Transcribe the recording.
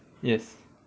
yes